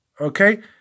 okay